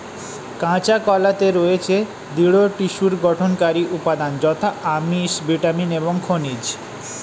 কাঁচা কলাতে রয়েছে দৃঢ় টিস্যুর গঠনকারী উপাদান যথা আমিষ, ভিটামিন এবং খনিজ